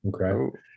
Okay